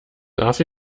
darf